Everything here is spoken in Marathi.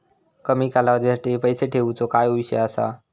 कमी कालावधीसाठी पैसे ठेऊचो काय विषय असा?